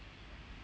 mm